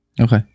Okay